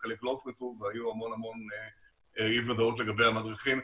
וחלק לא הופרטו והיו המון המון אי ודאויות לגבי המדריכים,